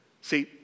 See